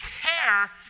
care